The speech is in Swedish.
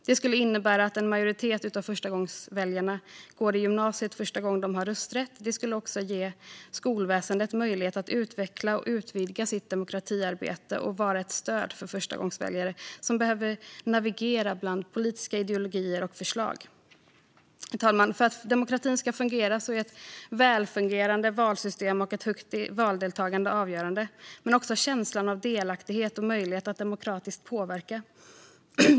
Det skulle innebära att en majoritet av förstagångsväljarna går i gymnasiet första gången de har rösträtt. Det skulle också ge skolväsendet möjlighet att utveckla och utvidga sitt demokratiarbete och vara ett stöd för förstagångsväljare som behöver navigera bland politiska ideologier och förslag. Herr talman! För att demokratin ska fungera är ett välfungerande valsystem och ett högt valdeltagande avgörande men också känslan av delaktighet och möjligheten att demokratiskt påverka.